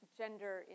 gender